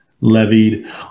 levied